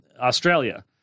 Australia